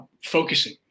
focusing